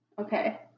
okay